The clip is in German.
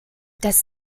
das